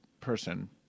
person